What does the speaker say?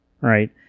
right